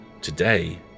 Today